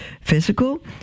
physical